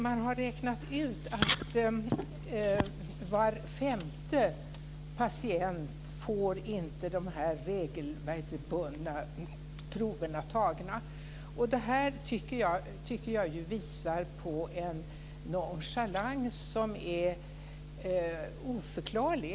Man har räknat ut att var femte patient inte får dessa regelbundna prov tagna. Detta tycker jag visar på en nonchalans som är oförklarlig.